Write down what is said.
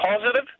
positive